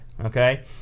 Okay